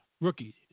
rookie